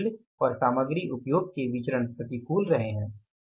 सामग्री मूल्य और सामग्री उपयोग के विचरण प्रतिकूल रहे है